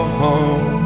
home